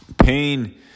Pain